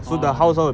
orh right